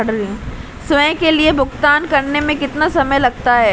स्वयं के लिए भुगतान करने में कितना समय लगता है?